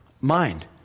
mind